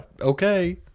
Okay